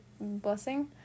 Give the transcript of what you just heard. blessing